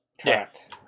Correct